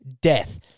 death